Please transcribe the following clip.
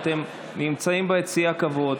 אתם נמצאים ביציע הכבוד,